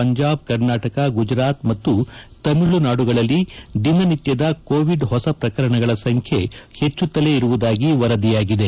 ಪಂಜಾಬ್ ಕರ್ನಾಟಕ ಗುಜರಾತ್ ಮತ್ತು ತಮಿಳುನಾಡುಗಳಲ್ಲಿ ದಿನನಿತ್ವದ ಕೋವಿಡ್ ಹೊಸ ಪ್ರಕರಣಗಳ ಸಂಬ್ಲೆ ಹೆಚ್ಚುತ್ತಲೇ ಇರುವುದಾಗಿ ವರದಿಯಾಗಿದೆ